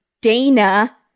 Dana